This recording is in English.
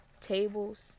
tables